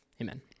Amen